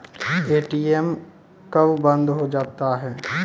ATM कब बंद हो जाता हैं?